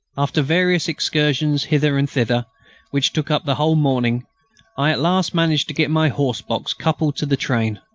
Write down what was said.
after various excursions hither and thither which took up the whole morning i at last managed to get my horse-box coupled to the train.